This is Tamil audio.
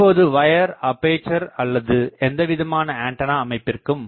இப்போது வயர் அப்பேசர் அல்லது எந்தவிதமான ஆண்டனா அமைப்பிற்கும்